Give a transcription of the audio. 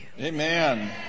amen